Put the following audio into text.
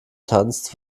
tanzt